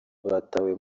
batawe